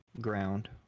ground